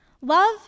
Love